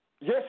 Yes